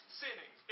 sinning